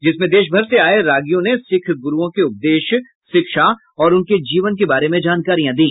जिसमें देशभर से आये रागियों ने सिख गुरूओं के उपदेश शिक्षा और उनके जीवन के बारे में जानकारियां दी